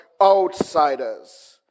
outsiders